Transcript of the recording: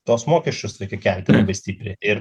tuos mokesčius reikia kelti labai stipriai ir